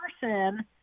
person